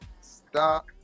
Stop